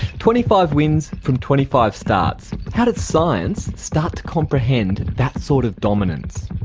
twenty five wins from twenty five starts. how did science start to comprehend that sort of dominance?